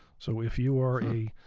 so if you are a